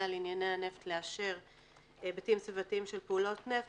על ענייני הנפט לאשר היבטים סביבתיים של פעולות נפט,